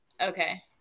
okay